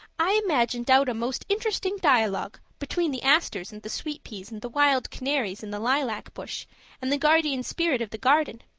i imagined out a most interesting dialogue between the asters and the sweet peas and the wild canaries in the lilac bush and the guardian spirit of the garden.